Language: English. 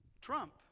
trump